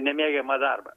nemėgiamą darbą